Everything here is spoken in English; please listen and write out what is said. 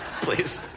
please